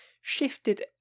shifted